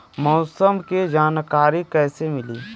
मौसम के जानकारी कैसे मिली?